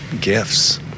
gifts